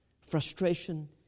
frustration